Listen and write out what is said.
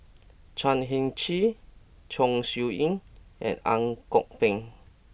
Chan Heng Chee Chong Siew Ying and Ang Kok Peng